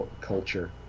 culture